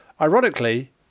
Ironically